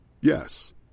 Yes